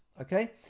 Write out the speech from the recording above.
okay